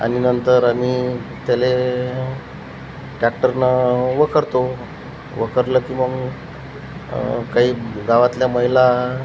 आणि नंतर आम्ही त्याला टॅक्टरनं वखरतो वखरलं की मग काही गावातल्या महिला